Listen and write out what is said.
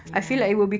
ya